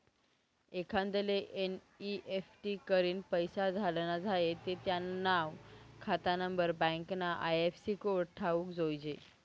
एखांदाले एन.ई.एफ.टी करीन पैसा धाडना झायेत ते त्यानं नाव, खातानानंबर, बँकना आय.एफ.सी कोड ठावूक जोयजे